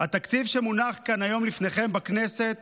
התקציב שמונח כאן היום לפניכם בכנסת